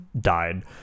died